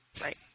Right